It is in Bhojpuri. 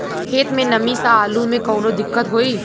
खेत मे नमी स आलू मे कऊनो दिक्कत होई?